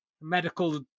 medical